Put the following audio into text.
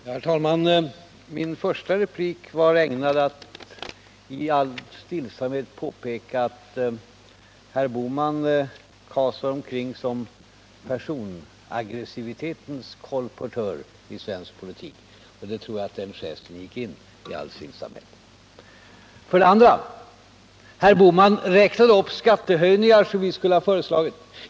Herr talman! Min första replik var ägnad att i all stillsamhet påpeka att herr Bohman kasar omkring som personaggressivitetens kolportör i svensk politik. Jag tror att den schäsen i all stillsamhet gick in. Herr Bohman räknade upp skattehöjningar som vi skulle ha föreslagit.